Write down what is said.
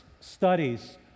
studies